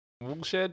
Woolshed